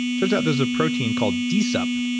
turns out there's a protein called dsup,